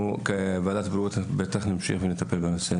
כוועדת הבריאות אנחנו בטח נמשיך לטפל בנושא הזה.